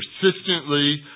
persistently